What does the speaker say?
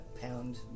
pound